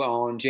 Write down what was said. on